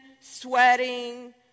sweating